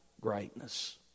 greatness